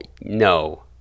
No